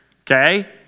Okay